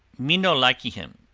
me no likee him,